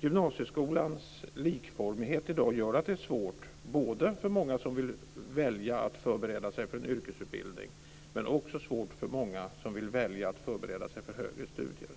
Gymnasieskolans likformighet i dag gör det svårt både för många som vill välja att förbereda sig för en yrkesutbildning och också för många som vill välja att förbereda sig för högre studier.